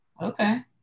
Okay